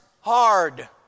hard